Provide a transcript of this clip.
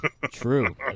True